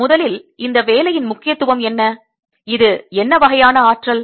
இப்போது முதலில் இந்த வேலையின் முக்கியத்துவம் என்ன இது என்ன வகையான ஆற்றல்